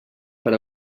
per